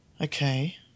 Okay